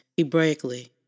hebraically